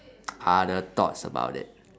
other thoughts about it